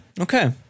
Okay